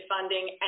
funding